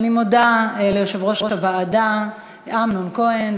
אני מודה ליושב-ראש הוועדה אמנון כהן,